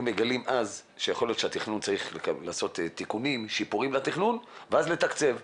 היו מגלים אז שיכול להיות שצריך לעשות שיפור לתכנון ואז לתקצב.